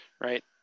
right